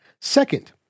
Second